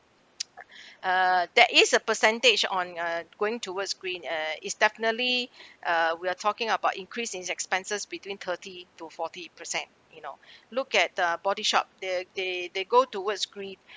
uh there is a percentage on uh going towards green uh is definitely uh we are talking about increase in expenses between thirty to forty percent you know look at the body shop their they they go towards green